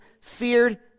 feared